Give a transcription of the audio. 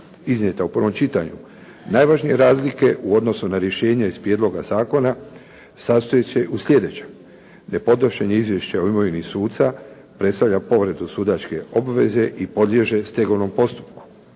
iznijeta u prvom čitanju. Najvažnije razlike u odnosu na rješenja na prijedloge zakona sastoji se u sljedećem. Ne podnošenje izvješće o imovini suca predstavlja povredu sudačke obveze i podliježe stegovnom postupku.